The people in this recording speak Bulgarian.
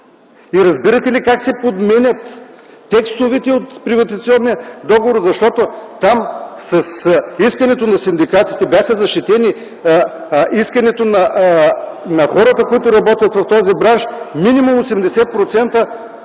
Разбирате ли как се подменят текстовете от приватизационния договор, защото там чрез синдикатите бяха защитени исканията на хората, които работят в този бранш – минимум 80%